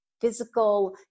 physical